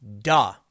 duh